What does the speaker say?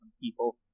people